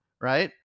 right